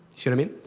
see what i mean?